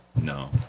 No